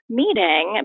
meeting